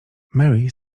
mary